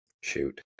Shoot